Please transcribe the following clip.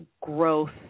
growth